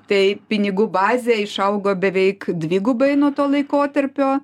tai pinigų bazė išaugo beveik dvigubai nuo to laikotarpio